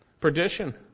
perdition